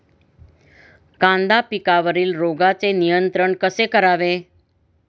कांदा पिकावरील रोगांचे नियंत्रण कसे करावे?